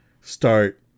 start